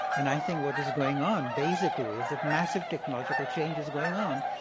and i think what is going on basically is that massive technological change is going on,